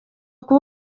kuba